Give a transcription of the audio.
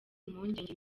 impungenge